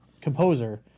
composer